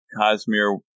Cosmere